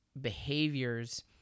behaviors